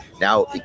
now